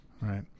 Right